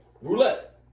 Roulette